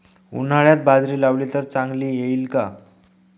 उन्हाळ्यात बाजरी लावली तर चांगली येईल का?